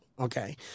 Okay